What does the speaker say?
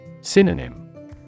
Synonym